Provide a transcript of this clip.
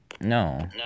No